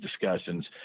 discussions